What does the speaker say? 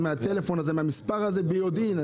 מהטלפון ומהמספר הזה ביודעין.